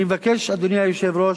אני מבקש, אדוני היושב-ראש,